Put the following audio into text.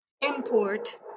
import